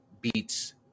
beats